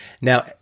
Now